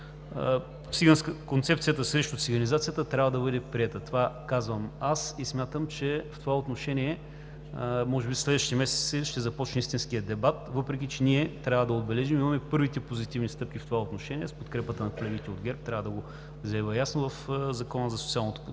Концепцията срещу циганизацията трябва да бъде приета. Това казвам аз и смятам, че в това отношение може би в следващите месеци ще започне истинският дебат. Въпреки че ние трябва да отбележим – имаме първите позитивни стъпки в това отношение с подкрепата на колегите от ГЕРБ, трябва да го заявя ясно – в Закона за социалното